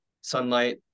sunlight